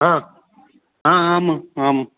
हा आम् आम्